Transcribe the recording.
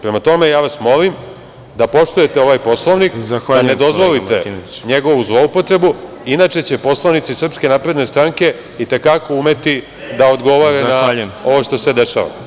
Prema tome, ja vas molim da poštujete ovaj Poslovnik, da ne dozvolite njegovu zloupotrebu, inače će poslanici SNS i te kako umeti da odgovore na ovo što se dešava.